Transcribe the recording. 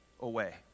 away